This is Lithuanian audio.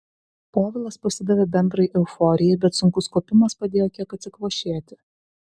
povilas pasidavė bendrai euforijai bet sunkus kopimas padėjo kiek atsikvošėti